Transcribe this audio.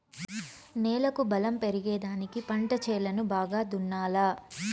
నేలకు బలం పెరిగేదానికి పంట చేలను బాగా దున్నాలా